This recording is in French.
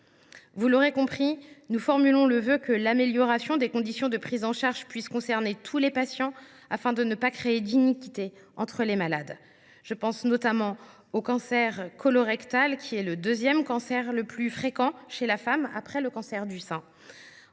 Vous l’aurez compris, nous formulons le vœu que l’amélioration des conditions de prise en charge puisse concerner tous les patients, afin d’éviter toute iniquité entre malades. Je pense notamment au cancer colorectal, qui est le deuxième cancer le plus fréquent chez la femme après le cancer du sein.